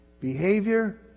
behavior